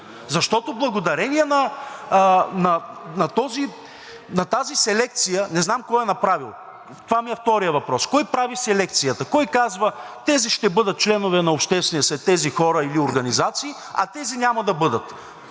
защото благодарение на тази селекция – не зная кой я е направил, това ми е вторият въпрос. Кой прави селекцията? Кой казва – тези ще бъдат членове на Обществения съвет – тези хора или организации, а тези няма да бъдат,